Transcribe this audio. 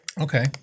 Okay